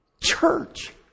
church